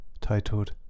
titled